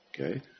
Okay